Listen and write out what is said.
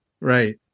Right